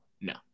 No